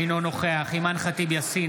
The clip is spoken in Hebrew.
אינו נוכח אימאן ח'טיב יאסין,